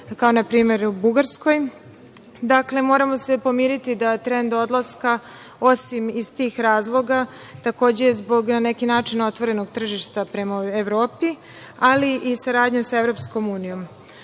kao npr. u Bugarskoj. Dakle, moramo se pomiriti da trend odlaska, osim iz tih razloga, takođe zbog na neki način otvorenog tržišta prema Evropi, ali i saradnja sa EU.Odlazak